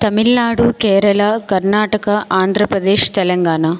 Tamil Nadu Kerala Karnataka Andhra Pradesh Telangana